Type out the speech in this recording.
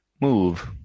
move